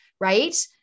Right